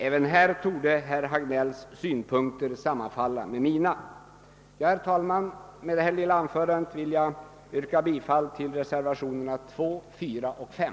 även på denna punkt torde herr Hagnells synpunkter sammanfalla med mina. Herr talman! Med det anförda ber jag få yrka bifall till reservationerna 2, 4 och 5.